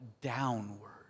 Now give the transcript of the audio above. downward